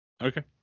Okay